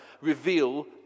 reveal